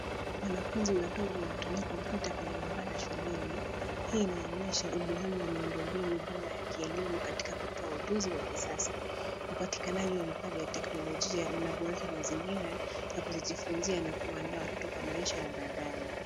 Wanafunzi wadogo wanatumia kompyuta kwenye maabara shuleni. Hii inaonyesha umuhimu wa miundombinu bora ya kielimu katika kutoa ujuzi wa kisasa. Upatikanaji wa vifaa vya teknolojia unaboresha mazingira ya kujifunzia na kuwaandaa watoto kwa maisha ya baadae.